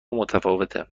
متفاوته